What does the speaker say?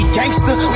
gangster